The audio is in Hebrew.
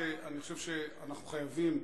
אני חושב שאנחנו חייבים,